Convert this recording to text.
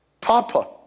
Papa